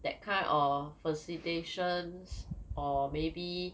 that kind or facilitations or maybe